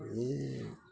बिनि उनाव